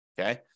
okay